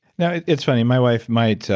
now it's funny, my wife might.